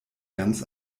ganz